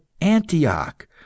Antioch